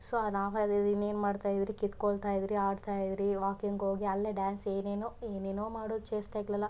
so ನಾವು ಇನ್ನೇನು ಮಾಡ್ತಾಯಿದ್ರಿ ಕಿತ್ಕೊಳ್ತಾಯಿದ್ರಿ ಆಡ್ತಾಯಿದ್ರಿ ವಾಕಿಂಗ್ ಹೋಗಿ ಅಲ್ಲೇ ಡ್ಯಾನ್ಸ್ ಏನೇನೋ ಏನೇನೋ ಮಾಡೋದ್ ಚೇಷ್ಟೆಗ್ಳೆಲ್ಲ